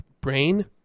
brain